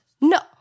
No